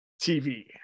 tv